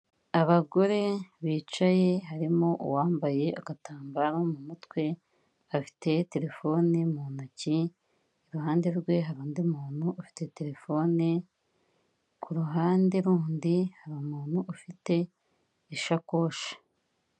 Abagore bicaye harimo uwambaye agatambaro mu mutwe afite terefoni mu ntoki, iruhande rwe hari undi muntu ufite terefone, ku ruhande rundi hari umuntu ufite ishakoshi.